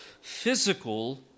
physical